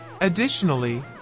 Additionally